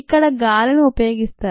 ఇక్కడ గాలిని ఉపయోగిస్తారు